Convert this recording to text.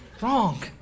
Wrong